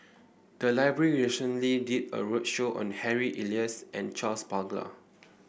the library recently did a roadshow on Harry Elias and Charles Paglar